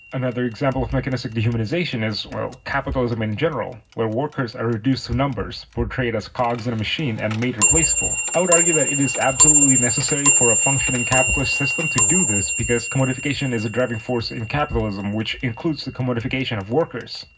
another example of mechanistic dehumanization is capitalism in in general, where workers are reduced to numbers, portrayed as cogs in a machine and made replaceable. i would argue that it is absolutely necessary for a functioning capitalist system to do this, because commodification is a driving force in capitalism, which includes the commodification of workers.